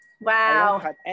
wow